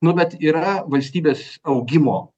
nu bet yra valstybės augimo